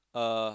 uh